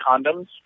condoms